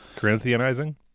Corinthianizing